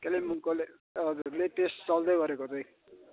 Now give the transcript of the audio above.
कलिम्पोङको ले हजुर लेटेस्ट चल्दैगरेको चाहिँ